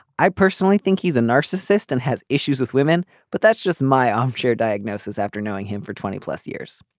i personally think he's a narcissist and has issues with women but that's just my armchair diagnosis after knowing him for twenty plus years.